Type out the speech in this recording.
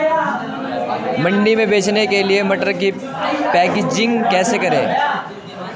मंडी में बेचने के लिए मटर की पैकेजिंग कैसे करें?